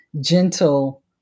gentle